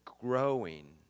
growing